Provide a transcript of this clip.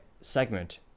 segment